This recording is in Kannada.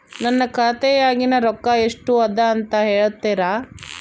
ನನ್ನ ಖಾತೆಯಾಗಿನ ರೊಕ್ಕ ಎಷ್ಟು ಅದಾ ಅಂತಾ ಹೇಳುತ್ತೇರಾ?